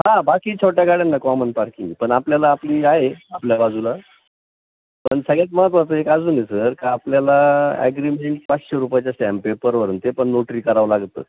हां बाकी छोट्या गाड्यांना कॉमन पार्किंग पण आपल्याला आपली आ आहे आपल्या बाजूला पण सगळ्यात महत्त्वाचं एक अजून आहे सर का आपल्याला ॲग्रीमेंट पाचशे रुपयाच्या स्टॅंप पेपरवरून ते पण नोटरी करावं लागतं